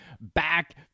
back